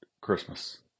Christmas